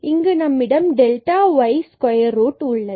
இங்கு நம்மிடம் delta y மற்றும் ஸ்கொயர் ரூட் உள்ளது